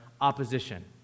opposition